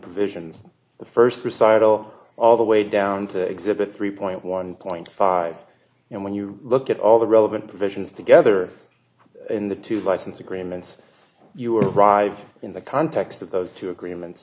provisions the first recital all the way down to exhibit three point one point five when you look at all the relevant provisions together in the two license agreements you arrived in the context of those two agreements